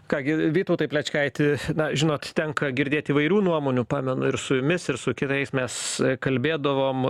ką gi vytautai plečkaiti na žinot tenka girdėt įvairių nuomonių pamenu ir su jumis ir su kitais mes kalbėdavom